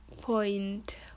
point